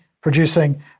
producing